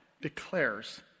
declares